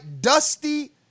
Dusty